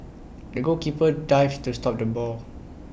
the goalkeeper dived to stop the ball